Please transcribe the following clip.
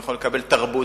והוא יכול לקבל תרבות,